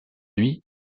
nuit